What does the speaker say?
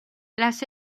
las